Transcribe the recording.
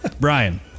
Brian